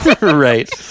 Right